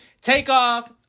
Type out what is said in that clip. Takeoff